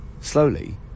Slowly